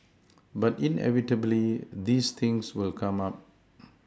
but inevitably these things will come up